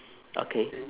okay